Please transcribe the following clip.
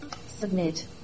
Submit